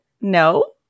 no